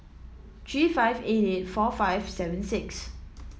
three five eight eight four five seven six